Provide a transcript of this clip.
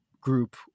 group